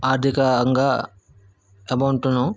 ఆర్థికంగా అమౌంటును